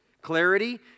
Clarity